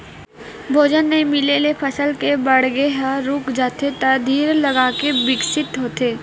भोजन नइ मिले ले फसल के बाड़गे ह रूक जाथे त धीर लगाके बिकसित होथे